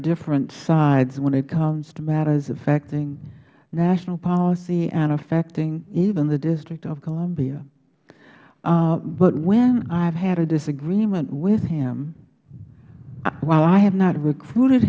different sides when it comes to matters affecting national policy and affecting even the district of columbia but when i have had a disagreement with him while i have not recruited